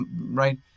Right